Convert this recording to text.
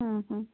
हां हां